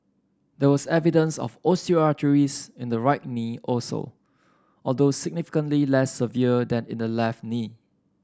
there was evidence of osteoarthritis in the right knee also although significantly less severe than in the left knee